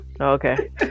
Okay